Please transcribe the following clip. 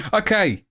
okay